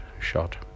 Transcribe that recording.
shot